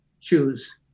choose